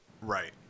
right